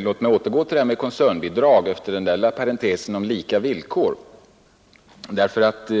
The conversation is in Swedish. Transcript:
Låt mig efter denna parentes återgå till frågan om koncernbidrag.